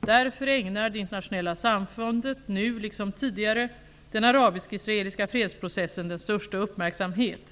Därför ägnar det internationella samfundet, nu liksom tidigare, den arabisk-israeliska fredsprocessen den största uppmärksamhet.